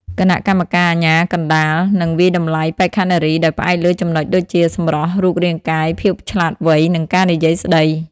គណៈកម្មការអាជ្ញាកណ្តាលនឹងវាយតម្លៃបេក្ខនារីដោយផ្អែកលើចំណុចដូចជា សម្រស់ រូបរាងកាយ ភាពឆ្លាតវៃ និងការនិយាយស្តី។